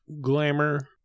glamour